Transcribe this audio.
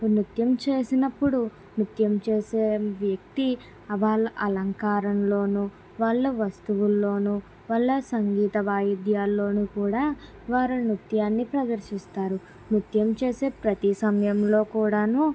నృత్యం చేసినప్పుడు నృత్యం చేసే వ్యక్తి వాళ్ళ అలంకారంలోనూ వాళ్ళ వస్తువుల్లోనూ వాళ్ళ సంగీత వాయిద్యాల్లోనూ కూడా వారు నృత్యాన్ని ప్రదర్శిస్తారు నృత్యం చేసే ప్రతీ సమయంలో కూడానూ